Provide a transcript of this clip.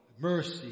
Mercy